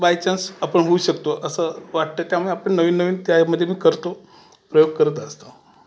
bye chance आपण होऊ शकतो असं वाटतं त्यामुळे आपण नवीन नवीन त्यामध्ये मी करतो प्रयोग करत असतो